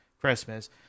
Christmas